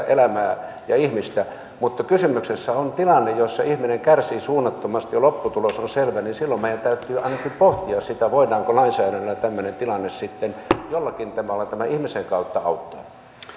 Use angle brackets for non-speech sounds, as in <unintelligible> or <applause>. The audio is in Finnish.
<unintelligible> elämää ja ihmistä mutta kun kysymyksessä on tilanne jossa ihminen kärsii suunnattomasti ja lopputulos on selvä silloin meidän täytyy ainakin pohtia voidaanko lainsäädännöllä tämmöinen tilanne sitten jollakin tavalla tämän ihmisen kautta auttaa